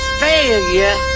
failure